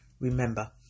Remember